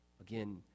Again